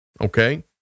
okay